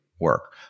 work